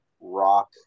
rock